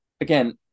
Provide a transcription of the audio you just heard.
again